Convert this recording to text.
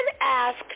asked